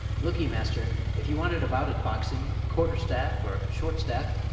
look'ee, master, if you wanted a bout at boxing, quarter staff, or short-staff,